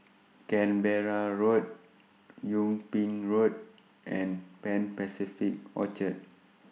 Canberra Road Yung Ping Road and Pan Pacific Orchard